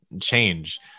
change